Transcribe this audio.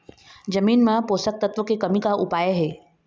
जमीन म पोषकतत्व के कमी का उपाय हे?